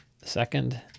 second